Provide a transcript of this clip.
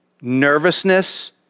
nervousness